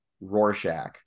Rorschach